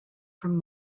from